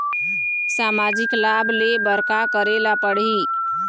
सामाजिक लाभ ले बर का करे ला पड़ही?